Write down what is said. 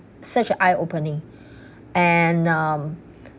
such a eye opening and um